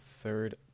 third